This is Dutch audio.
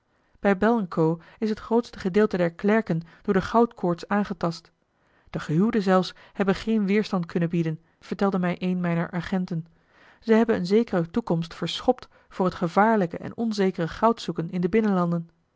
bij bell en co is het grootste gedeelte der klerken door de goudkoorts aangetast de gehuwde zelfs hebben geen weerstand kunnen bieden vertelde mij een mijner agenten ze hebben eene zekere toekomst verschopt voor het gevaarlijke en onzekere goud zoeken in de binnenlanden